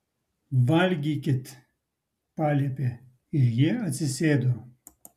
valgykit paliepė ir jie atsisėdo